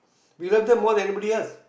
we love them more than everybody else